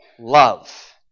Love